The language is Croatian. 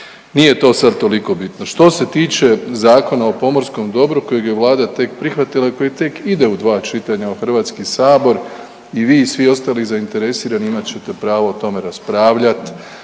nije to sad toliko bitno. Što se tiče Zakona o pomorskom dobru kojeg je Vlada tek prihvatila i koji tek ide u dva čitanja u Hrvatski sabor i vi i svi ostali zainteresirani imat ćete pravo o tome raspravljat,